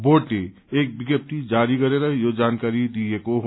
बोर्डले एक विज्ञप्ती जारी गरेर यो जानकारी दिएको हो